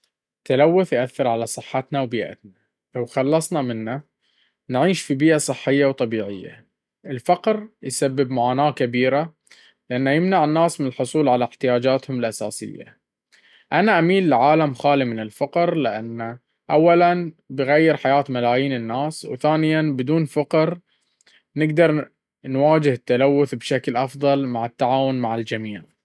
التلوث يؤثر على صحتنا وبيئتنا، لو خلصنا منه نعيش في بيئة صحية وطبيعية. الفقر يسبب معاناة كبيرة، لأنه يمنع الناس من الحصول على احتياجاتهم الأساسية. أنا أميل لعالم خالي من الفقر، لأنه أولاً بيغير حياة ملايين الناس، وثانياً بدون فقر نقدر نواجه التلوث بشكل أفضل مع تعاون الجميع.